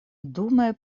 dume